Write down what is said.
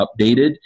updated